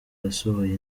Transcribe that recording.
yasohoye